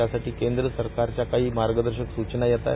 त्यासाठी केंद्र सरकारच्या काही मार्गदर्शक सूचना येत आहेत